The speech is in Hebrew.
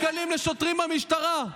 בלי כוונות,